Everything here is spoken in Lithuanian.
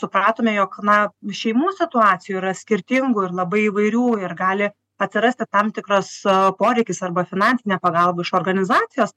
supratome jog na šeimų situacijų yra skirtingų ir labai įvairių ir gali atsirasti tam tikras poreikis arba finansinė pagalba iš organizacijos